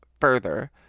further